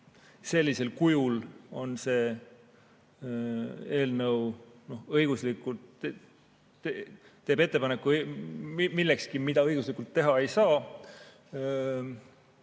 sellisel kujul see eelnõu teeb õiguslikult ettepaneku millekski, mida õiguslikult teha ei saa.